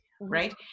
right